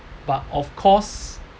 but of course